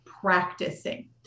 practicing